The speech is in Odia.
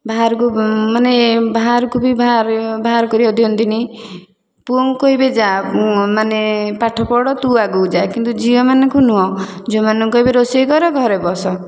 ବାହାରକୁ ମାନେ ବାହାରକୁ ବି ବାହାରେ ବାହାର କରିବାକୁ ଦିଅନ୍ତିନି ପୁଅଙ୍କୁ କହିବେ ଯାଅ ମାନେ ପାଠ ପଢ଼ ତୁ ଆଗକୁ ଯା କିନ୍ତୁ ଝିଅମାନଙ୍କୁ ନୁହେଁ ଝିଅମାନଙ୍କୁ କହିବେ ରୋଷେଇ କର ଘରେ ବସ